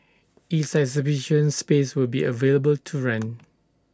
its exhibition space will be available to rent